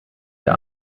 der